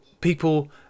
people